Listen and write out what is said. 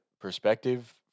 perspective